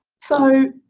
so